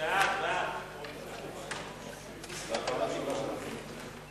דברי פרסומת בבתי צרכנים),